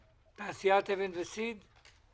מנכ"ל תעשיית אבן וסיד בע"מ.